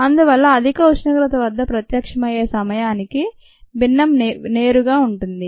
అందువల్ల అధిక ఉష్ణోగ్రత వద్ద ప్రత్యక్షం అయ్యే సమయానికి భిన్నం నేరుగా ఉంటుంది